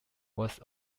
was